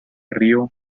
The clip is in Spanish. río